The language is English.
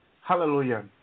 Hallelujah